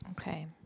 Okay